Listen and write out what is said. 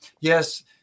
yes